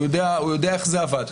הוא יודע איך זה עבד.